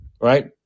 right